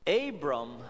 Abram